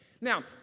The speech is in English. Now